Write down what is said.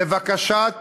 לבקשת